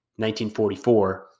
1944